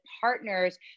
partners